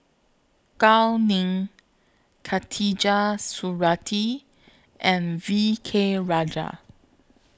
Gao Ning Khatijah Surattee and V K Rajah